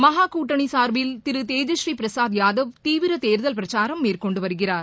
மகா கூட்டணி சார்பில் திரு தேஜஸ்டுரீ பிரசாத் யாதவ் தீவிர தேர்தல் பிரச்சாரம் மேற்கொண்டு வருகிறார்